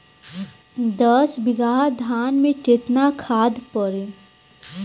दस बिघा धान मे केतना खाद परी?